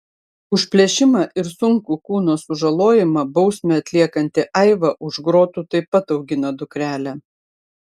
už plėšimą ir sunkų kūno sužalojimą bausmę atliekanti aiva už grotų taip pat augina dukrelę